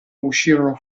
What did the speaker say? uscirono